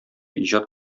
иҗат